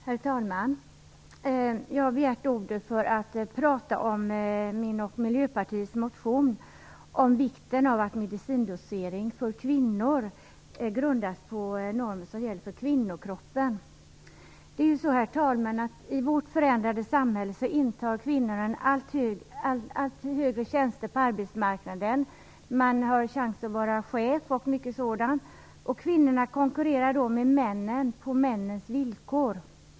Herr talman! Jag har begärt ordet för att prata om min och Miljöpartiets motion om vikten av att medicindosering för kvinnor grundas på normer som gäller för kvinnokroppen. Herr talman! I vårt förändrade samhälle intar kvinnorna allt högre tjänster på arbetsmarknaden. De har chans att vara chefer och mycket annat. Kvinnor konkurrerar då med männen på männens villkor.